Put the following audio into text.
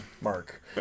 mark